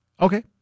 Okay